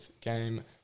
game